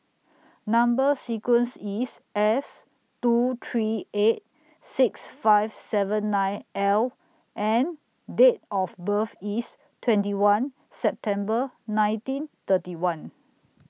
Number sequence IS S two three eight six five seven nine L and Date of birth IS twenty one September nineteen thirty one